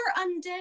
undead